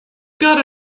got